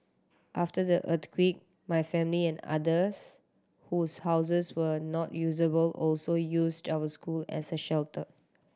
after the earthquake my family and others whose houses were not usable also used our school as a shelter